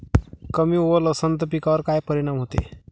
कमी ओल असनं त पिकावर काय परिनाम होते?